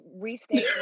restate